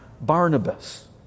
Barnabas